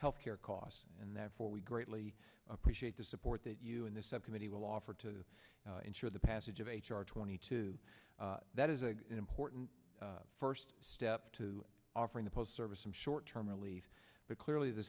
health care costs and therefore we greatly appreciate the support that you and the subcommittee will offer to ensure the passage of h r twenty two that is a important first step to offering the post service some short term relief but clearly the